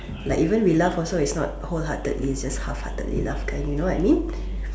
like even we laugh also is not wholeheartedly is just halfheartedly laugh kind you know what I mean